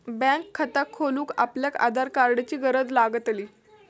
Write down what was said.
bank खाता खोलूक आपल्याक आधार कार्डाची गरज लागतली